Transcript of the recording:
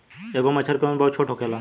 एगो मछर के उम्र बहुत छोट होखेला